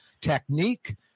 technique